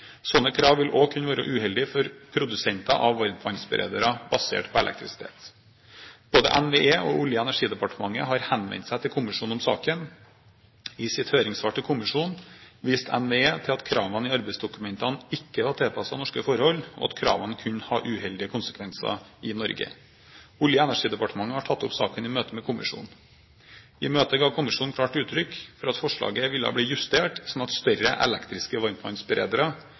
Både NVE og Olje- og energidepartementet har henvendt seg til kommisjonen om saken. I sitt høringssvar til kommisjonen viste NVE til at kravene i arbeidsdokumentene ikke var tilpasset norske forhold, og at kravene kunne ha uheldige konsekvenser i Norge. Olje- og energidepartementet har tatt opp saken i møte med kommisjonen. I møtet ga kommisjonen klart uttrykk for at forslaget vil bli justert, slik at større elektriske